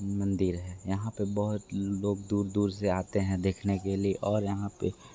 मंदिर है यहाँ पे बहुत लोग दूर दूर से आते हैं देखने के लिए और यहाँ पे